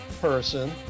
person